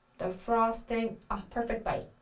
the frosting, a perfect bite.